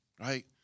right